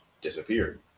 disappeared